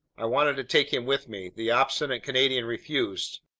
i wanted to take him with me. the obstinate canadian refused,